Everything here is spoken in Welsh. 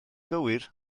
gywir